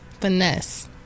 Finesse